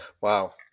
wow